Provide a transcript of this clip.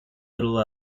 little